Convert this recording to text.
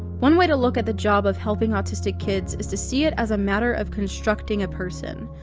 one way to look at the job of helping autistic kids is to see it as a matter of constructing a person.